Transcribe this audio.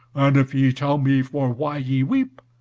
and if ye tell me for why ye weep,